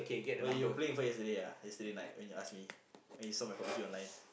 but you were playing with her yesterday ah yesterday night when you ask me when you saw my Pub-G online